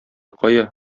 кая